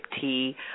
tea